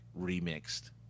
remixed